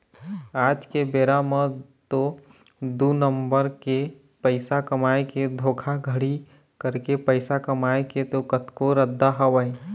आज के बेरा म तो दू नंबर के पइसा कमाए के धोखाघड़ी करके पइसा कमाए के तो कतको रद्दा हवय